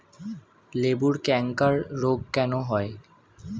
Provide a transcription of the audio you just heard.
লেবুর ক্যাংকার রোগ কেন হয়?